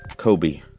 Kobe